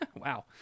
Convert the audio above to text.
Wow